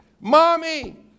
mommy